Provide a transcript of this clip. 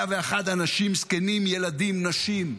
101 אנשים, זקנים, ילדים, נשים,